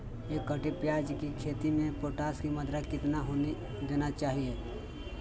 एक कट्टे प्याज की खेती में पोटास की मात्रा कितना देना चाहिए?